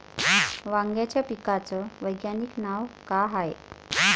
वांग्याच्या पिकाचं वैज्ञानिक नाव का हाये?